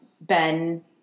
Ben